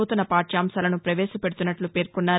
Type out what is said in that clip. సూతన పాఠ్యాంశాలను పవేశపెడుతున్నట్లు పేర్కొన్నారు